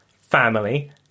Family